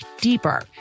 deeper